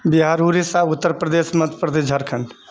Bihar Orissa Uttar Pradesh Madhya Pradesh Jharkhand